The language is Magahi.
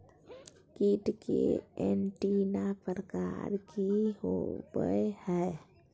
कीट के एंटीना प्रकार कि होवय हैय?